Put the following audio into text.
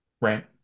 Right